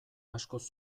askoz